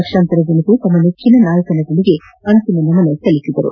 ಲಕ್ಷಾಂತರ ಜನರು ತಮ್ನ ನೆಚ್ಚಿನ ನಾಯಕನಿಗೆ ಅಂತಿಮ ನಮನ ಸಲ್ಲಿಸಿದರು